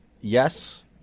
yes